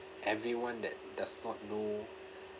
everyone that does not know